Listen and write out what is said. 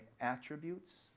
attributes